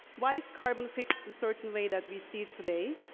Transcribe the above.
why is carbon fixed the certain way that we see it today?